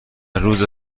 روز